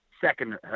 second